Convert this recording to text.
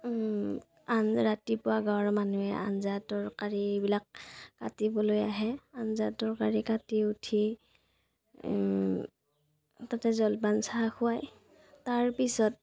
আন ৰাতিপুৱা গাঁৱৰ মানুহে আঞ্জা তৰকাৰী এইবিলাক কাটিবলৈ আহে আঞ্জা তৰকাৰী কাটি উঠি তাতে জলপান চাহ খুৱায় তাৰপিছত